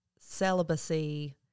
celibacy